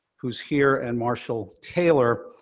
who's here, and marshall taylor,